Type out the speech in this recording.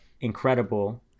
incredible